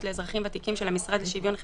לאזרחים ותיקים של המשרד לשוויון חברתי,